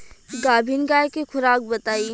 गाभिन गाय के खुराक बताई?